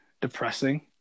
depressing